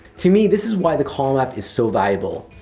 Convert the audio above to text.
to me, this is why the calm app is so valuable.